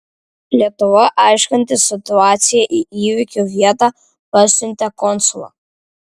lietuva aiškintis situaciją į įvykio vietą pasiuntė konsulą